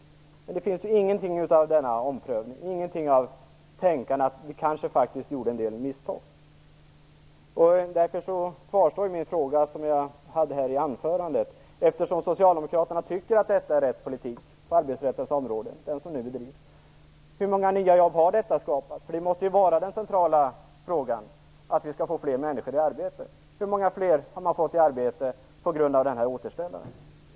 Men det finns ju ingenting av denna omprövning, ingenting av tänkandet att man kanske gjort en del misstag. Därför kvarstår min fråga som jag ställde i mitt anförande. Eftersom Socialdemokraterna tycker att det är en riktig politik som nu bedrivs på arbetsrättens område, undrar jag hur många jobb den har skapat. Den centrala frågan måste ju nämligen vara att vi skall få fler människor i arbete. Hur många fler har man fått i arbete på grund av denna återställare?